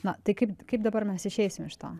na tai kaip kaip dabar mes išeisime iš to